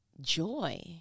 joy